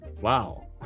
wow